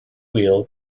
wheel